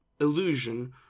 illusion